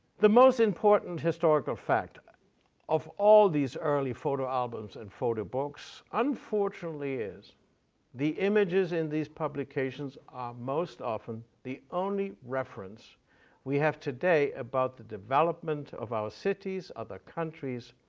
the most important historical fact of all these early photo albums and photo books, unfortunately, is the images in these publications are most often the only reference we have today about the development of our cities, other countries,